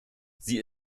sie